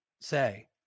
say